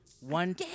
One